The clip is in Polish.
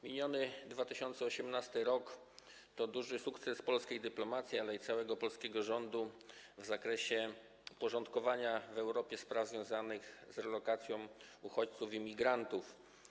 Miniony rok 2018 był dużym sukcesem polskiej dyplomacji, ale i całego polskiego rządu w zakresie porządkowania w Europie spraw związanych z relokacją uchodźców i migrantów.